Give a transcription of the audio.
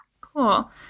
Cool